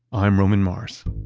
i'm roman mars